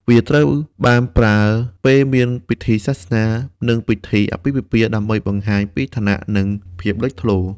វាត្រូវបានប្រើពេលមានពិធីសាសនានិងពិធីអាពាហ៍ពិពាហ៍ ដើម្បីបង្ហាញពីឋានៈ និងភាពលេចធ្លោ។